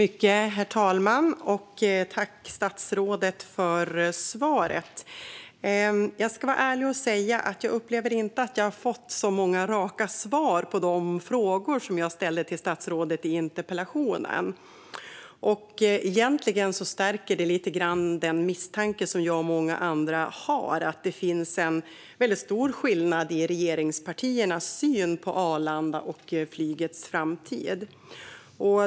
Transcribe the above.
Herr talman! Tack, statsrådet, för svaret! Jag ska vara ärlig och säga att jag inte upplever att jag fått så många raka svar på de frågor jag ställde till statsrådet i interpellationen. Detta stärker egentligen lite grann den misstanke som jag och många andra har: att det finns en väldigt stor skillnad i regeringspartiernas syn på Arlanda och flygets framtid.